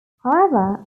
however